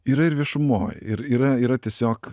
yra ir viešumoj ir yra yra tiesiog